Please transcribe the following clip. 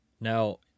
now